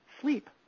sleep